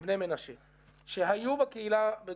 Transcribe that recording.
אבל לגמור את